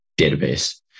database